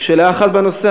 רק שאלה אחת בנושא,